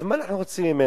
אז מה אתם רוצים ממנה?